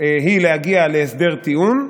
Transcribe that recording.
היא להגיע להסדר טיעון,